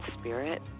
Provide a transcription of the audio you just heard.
spirit